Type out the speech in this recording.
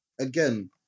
again